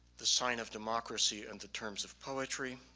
the sign of democracy and the terms of poetry.